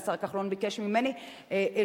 השר כחלון ביקש ממני שבוע,